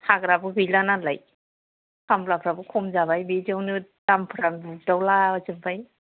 हाग्राबो गैला नालाय खामलाफ्राबो खम जाबाय बिदियावनो दामफ्रा बुग्दावला जोब्बाय